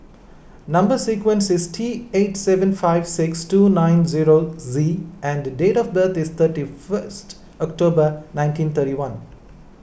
Number Sequence is T eight seven five six two nine zero Z and date of birth is thirty first October nineteen thirty one